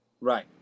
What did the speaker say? Right